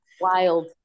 wild